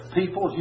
people